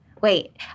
Wait